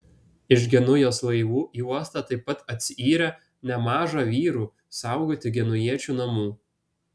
iš genujos laivų į uostą taip pat atsiyrė nemaža vyrų saugoti genujiečių namų